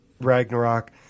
Ragnarok